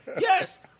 Yes